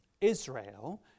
Israel